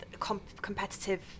competitive